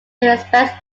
aspects